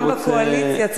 גם בקואליציה,